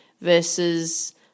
versus